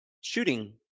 shooting